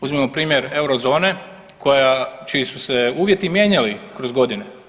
Uzmimo na primjer euro zone čiji su se uvjeti mijenjali kroz godine.